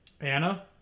Anna